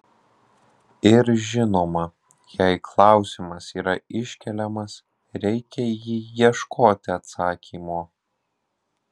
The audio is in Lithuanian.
ir žinoma jei klausimas yra iškeliamas reikia į jį ieškoti atsakymo